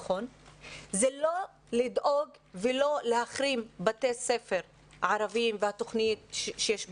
זה לא להחרים בתי ספר ערביים והתוכניות שיש בהם.